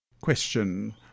Question